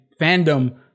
fandom